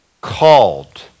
called